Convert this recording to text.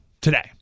today